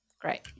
Great